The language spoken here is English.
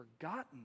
forgotten